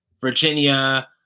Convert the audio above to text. Virginia